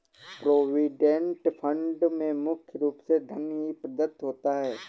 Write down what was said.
provident fund में मुख्य रूप से धन ही प्रदत्त होता है